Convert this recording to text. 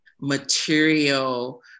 material